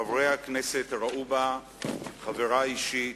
חברי הכנסת ראו בה חברה אישית.